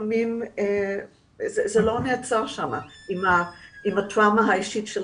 לפעמים זה לא נעצר שם עם הטראומה האישית של